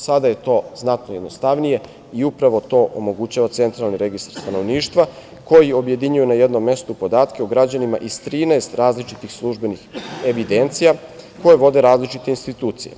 Sada je to znatno jednostavnije i upravo to omogućava Centralni registar stanovništva koji objedinjuje na jednom mestu podatke o građanima iz 13 različitih službenih evidencija, koje vode različite institucije.